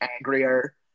angrier